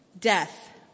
death